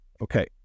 Okay